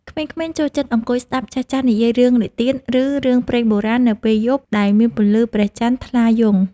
ក្មេងៗចូលចិត្តអង្គុយស្តាប់ចាស់ៗនិយាយរឿងនិទាន ឬរឿងព្រេងបុរាណនៅពេលយប់ដែលមានពន្លឺព្រះច័ន្ទថ្លាយង់។